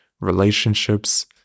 relationships